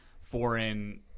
foreign